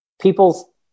People